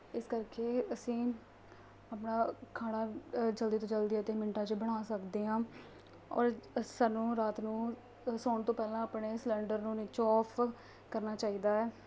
ਇਸ ਕਰਕੇ ਅਸੀਂ ਆਪਣਾ ਖਾਣਾ ਜਲਦੀ ਤੋਂ ਜਲਦੀ ਅਤੇ ਮਿੰਟਾਂ 'ਚ ਬਣਾ ਸਕਦੇ ਹਾਂ ਔਰ ਸਾਨੂੰ ਰਾਤ ਨੂੰ ਸੌਣ ਤੋਂ ਪਹਿਲਾਂ ਆਪਣੇ ਸਲੰਡਰ ਨੂੰ ਨੀਚੋਂ ਔਫ ਕਰਨਾ ਚਾਹੀਦਾ ਹੈ